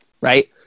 Right